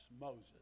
Moses